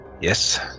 Yes